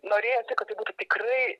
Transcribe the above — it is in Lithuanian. norėjosi kad tai būtų tikrai